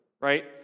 right